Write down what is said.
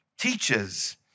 teaches